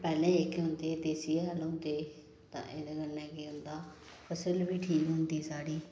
पैह्ले जेह्के होंदे एह् देसी हैल होंदे ते एह्दे कन्नै केह् होंदा फसल बी ठीक होंदी साढ़ी